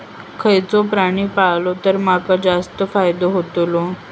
खयचो प्राणी पाळलो तर माका जास्त फायदो होतोलो?